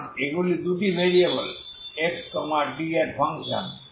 কারণ এগুলি দুটি ভেরিয়েবল xt এর ফাংশন